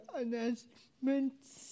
announcements